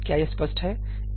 क्या यह स्पष्ट है